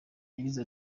yagize